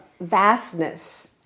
vastness